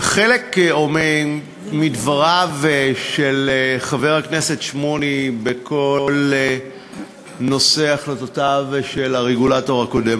חלק מדבריו של דבריו של שמולי בכל נושא החלטותיו של הרגולטור הקודם,